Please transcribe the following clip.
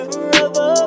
Forever